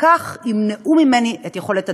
וכך ימנעו ממני את יכולת הדיבור.